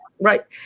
right